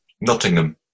nottingham